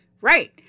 right